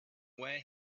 where